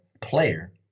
player